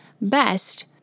best